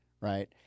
right